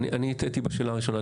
אני הטעיתי בשאלה הראשונה.